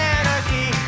anarchy